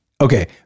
okay